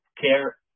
care